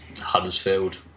Huddersfield